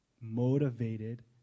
motivated